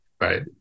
Right